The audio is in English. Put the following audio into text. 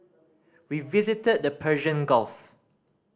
we visited the Persian Gulf